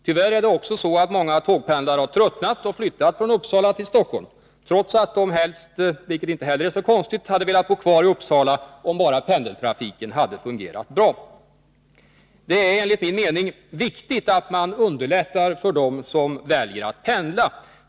Tyvärr har också många tågpendlare tröttnat och flyttat från Uppsala till Stockholm, trots att de helst — vilket inte heller är så konstigt — hade velat bo kvar i Uppsala, om bara pendeltrafiken hade fungerat bra. Det är enligt min mening viktigt att man underlättar för dem som väljer att pendla.